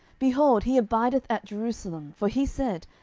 behold, he abideth at jerusalem for he said,